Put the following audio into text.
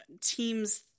teams